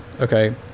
okay